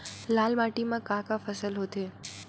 लाल माटी म का का फसल होथे?